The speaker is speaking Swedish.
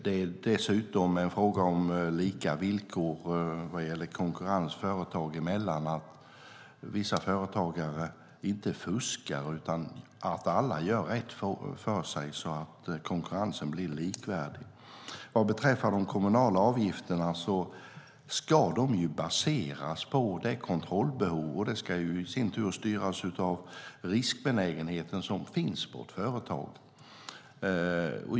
Det är dessutom en fråga om lika villkor vad gäller konkurrens företag emellan att inte vissa företagare fuskar, utan att alla gör rätt för sig så att konkurrensen blir likvärdig. Vad beträffar de kommunala avgifterna ska de baseras på kontrollbehovet, och det ska i sin tur styras av den riskbenägenhet som finns på ett företag.